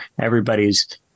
everybody's